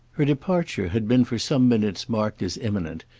her departure had been for some minutes marked as imminent,